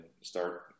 start